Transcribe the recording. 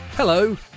Hello